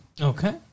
Okay